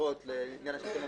סבירות לעניין השלטון המקומי.